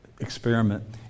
experiment